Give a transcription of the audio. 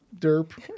Derp